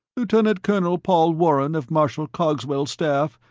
lieutenant colonel paul warren of marshal cogswell's staff,